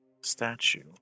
Statue